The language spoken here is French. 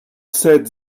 sept